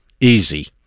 Easy